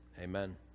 Amen